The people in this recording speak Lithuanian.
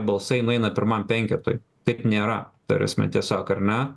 balsai nueina pirmam penketui taip nėra ta prasme tiesiog ar ne